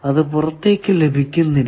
അത് പുറത്തേക്കു ലഭിക്കുന്നില്ല